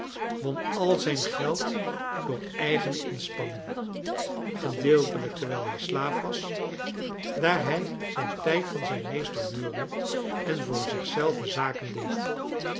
won al zijn geld door eigene inspanning gedeeltelijk terwijl hij slaaf was daar hij zijn tijd van zijn meester huurde en voor zich zelven zaken deed